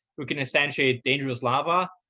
we can instantiate dangerous lava,